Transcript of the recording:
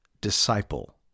disciple